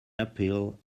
appeal